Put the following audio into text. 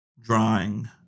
drawing